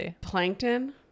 Plankton